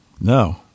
no